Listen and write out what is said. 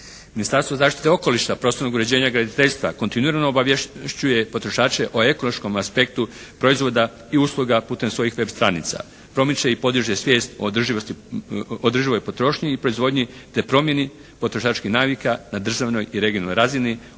Ministarstvo zaštite okoliša, prostornog uređenja i graditeljstva kontinuirano obavješćuje potrošače o ekološkom aspektu proizvoda i usluga putem svojim web. stranica, promiče i podiže svijest o održivoj potrošnji i proizvodnji te promjeni potrošačkih navika na državnoj i regionalnoj razini